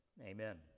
Amen